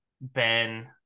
Ben